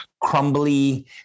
crumbly